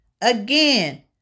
Again